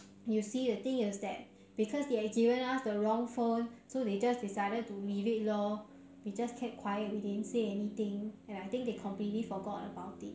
you see the thing is that because they have given us the wrong phone so they just decided to leave it lor we just kept quiet we didn't say anything and I think they completely forgot about it